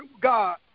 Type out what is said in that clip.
God